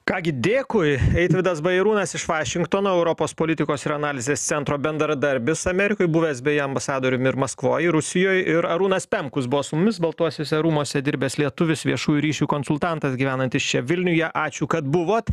ką gi dėkui eitvydas bajarūnas iš vašingtono europos politikos ir analizės centro bendradarbis amerikoj buvęs beje ambasadorium ir maskvoj rusijoj ir arūnas pemkus buvo su mumis baltuosiuose rūmuose dirbęs lietuvis viešųjų ryšių konsultantas gyvenantis čia vilniuje ačiū kad buvot